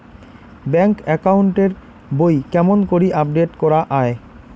Bank account এর বই কেমন করি আপডেট করা য়ায়?